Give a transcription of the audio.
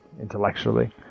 intellectually